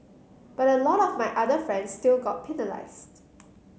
but a lot of my other friends still got penalised